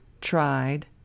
tried